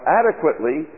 adequately